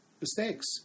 mistakes